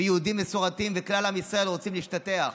ויהודים מסורתיים וכלל עם ישראל רוצים להשתטח.